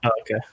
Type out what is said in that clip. Okay